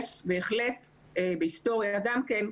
יש בהחלט בהיסטוריה גם כן,